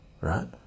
right